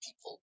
people